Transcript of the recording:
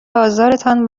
آزارتان